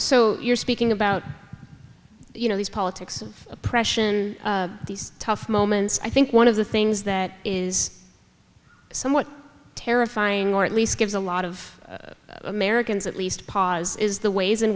so you're speaking about you know these politics oppression these tough moments i think one of the things that is somewhat terrifying or at least gives a lot of americans at least pause is the ways in